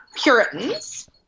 Puritans